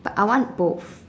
but I want both